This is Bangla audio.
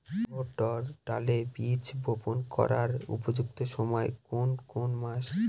অড়হড় ডালের বীজ বপন করার উপযুক্ত সময় কোন কোন মাস?